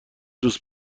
دوست